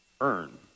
earn